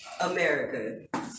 America